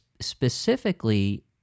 specifically